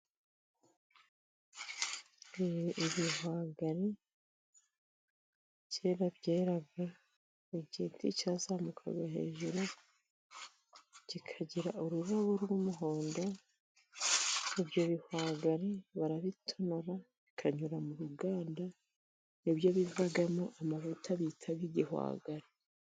Ibihwagari kera byeraga ku igiti cyazamukaga hejuru kikagira ururabo rw'umuhondo. Ibyo bihwagari barabitonora, bikanyura mu ruganda. Ni byo bivamo amavuta bita igihwagari